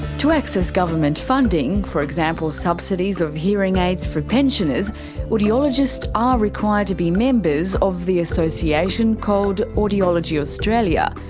to access government funding for example subsidies of hearing aids for pensioners audiologists are required to be members of the association called audiology australia,